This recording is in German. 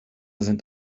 sind